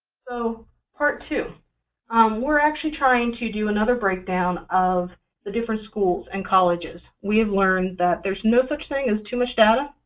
so part two we're actually trying to do another breakdown of the different schools and colleges. we have learned that there's no such thing as too much data,